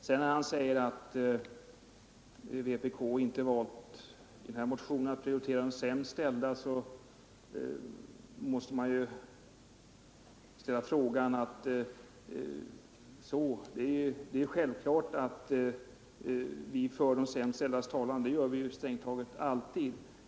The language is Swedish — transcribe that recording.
undervisning i När herr Nilsson säger att vpk i den här motionen inte valt att prioritera — svenska för de sämst ställda måste jag svara att det är självklart att vi för de sämst — invandrare ställdas talan; det gör vi strängt taget alltid.